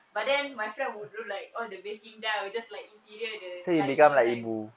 but then my friend would do like all the baking then I'll just like interior the like design